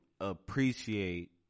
appreciate